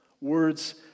words